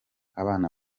abana